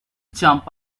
chump